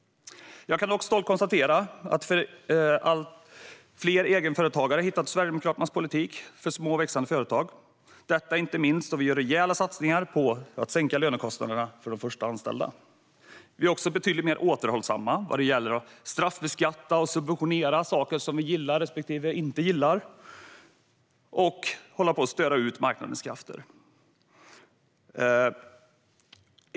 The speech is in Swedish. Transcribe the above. Jag kan dock stolt konstatera att allt fler egenföretagare har hittat Sverigedemokraternas politik för små och växande företag, detta inte minst då vi gör rejäla satsningar på att sänka lönekostnaderna för de först anställda. Vi är också betydligt mer återhållsamma vad gäller att straffbeskatta och subventionera saker som vi gillar respektive inte gillar och hålla på och störa ut marknadens krafter.